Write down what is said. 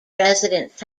residents